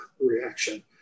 reaction